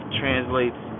translates